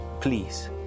Please